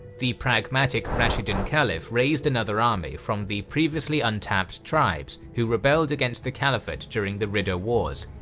the pragmatic rashidun caliph raised another army from the previously untapped tribes who rebelled against the caliphate during the ridda wars,